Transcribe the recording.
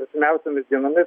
artimiausiomis dienomis